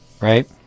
right